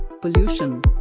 pollution